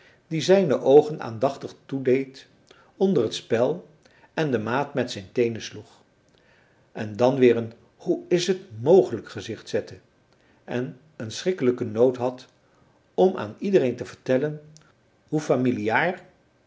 die zijne oogen aandachtig toedeed onder het spel en de maat met zijn teenen sloeg en dan weer een hoe is het mogelijk gezicht zette en een schrikkelijken nood had om aan iedereen te vertellen hoe familiaar